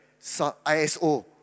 ISO